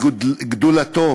גדולתו